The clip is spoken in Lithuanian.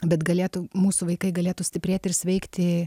bet galėtų mūsų vaikai galėtų stiprėti ir sveikti